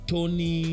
Tony